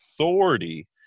authority